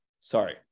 Sorry